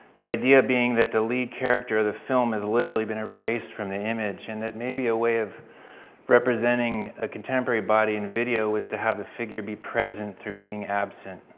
the idea being that the lead character of the film has literally been erased from the image and that may be a way of representing a contemporary body and video was to have the figure be present through being absent.